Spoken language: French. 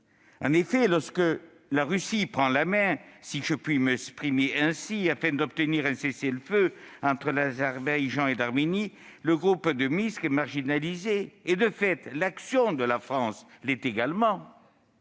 En effet, lorsque la Russie prend la main, si je puis m'exprimer ainsi, afin d'obtenir un cessez-le-feu entre l'Azerbaïdjan et l'Arménie, le groupe de Minsk est marginalisé ; de fait, l'action de la France l'est également.